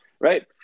Right